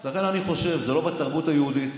אז לכן אני חושב, זה לא בתרבות היהודית,